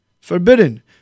forbidden